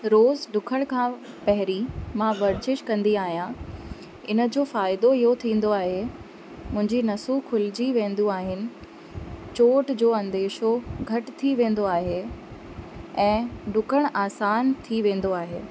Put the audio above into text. रोज़ु ॾुकण खां पहिरीं मां वर्जिश कंदी आहियां इन जो फ़ाइदो इहो थींदो आहे मुंहिंजी नसूं खुलिजी वेंदू आहिनि चोट जो अंदेशो घटि थी वेंदो आहे ऐं ॾुकणु आसान थी वेंदो आहे